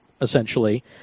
essentially